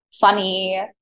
funny